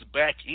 back